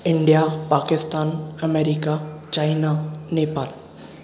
India Pakistan America China Nepal